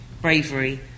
bravery